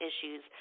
issues